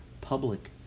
public